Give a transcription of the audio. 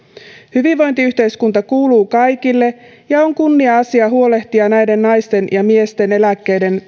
hyvinvointiyhteiskunta kuuluu kaikille ja on kunnia asia huolehtia näiden naisten ja miesten eläkkeiden